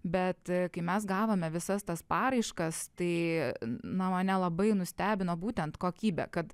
bet kai mes gavome visas tas paraiškas tai na mane labai nustebino būtent kokybė kad